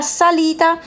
salita